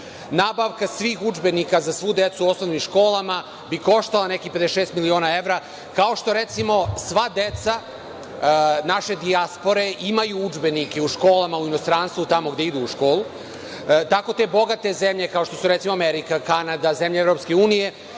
Nabavka svih udžbenika za svu decu u osnovnim školama bi koštala nekih 56 miliona evra, kao što recimo, sva deca naše dijaspore imaju udžbenike u školama u inostranstvu, tamo gde idu u školu. Tako te bogate zemlje, kao što su recimo Amerika, Kanada, zemlje EU, nabavljaju,